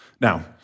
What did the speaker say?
Now